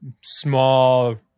small